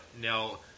Now